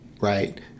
Right